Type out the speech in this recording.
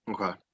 Okay